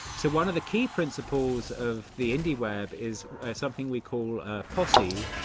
so one of the key principles of the indie web is something we call posse,